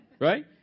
right